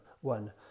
one